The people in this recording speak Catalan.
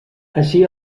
així